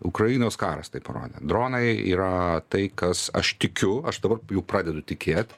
ukrainos karas tai parodė dronai yra tai kas aš tikiu aš dabar jau pradedu tikėt